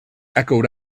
echoed